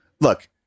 look